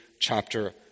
chapter